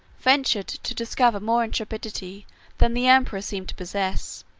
ventured to discover more intrepidity than the emperor seemed to possess.